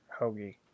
hoagie